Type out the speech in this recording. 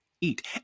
eat